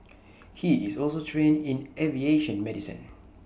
he is also trained in aviation medicine